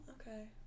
Okay